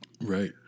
Right